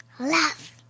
Love